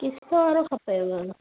क़िस्त वारो खपेव